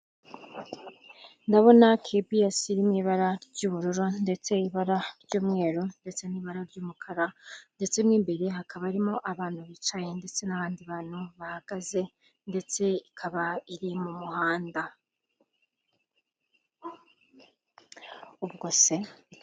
Ndabona kibiyesi iri mu ibara ry'ubururu ndetse ibara ry'umweru ndetse n'ibara ry'umukara, ndetse n'imbere hakaba harimo abantu bicaye ndetse n'abandi bantu bahagaze, ndetse ikaba iri mu muhanda ubwo se.